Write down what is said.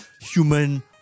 human